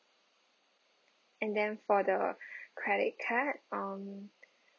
and then for the credit card um